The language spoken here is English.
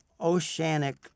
oceanic